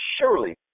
surely